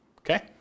Okay